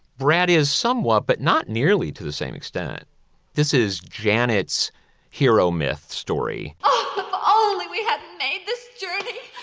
brad is somewhat but not nearly to the same extent. this is janet's hero myth story only we have made this journey.